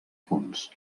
fonts